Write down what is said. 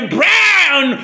brown